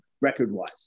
record-wise